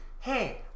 Hey